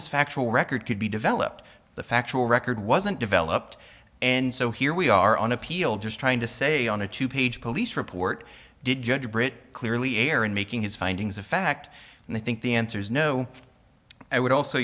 this factual record could be developed the factual record wasn't developed and so here we are on appeal just trying to say on a two page police report did judge britt clearly err in making his findings of fact and i think the answer is no i would also